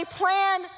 plan